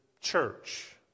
church